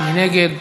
מי נגד?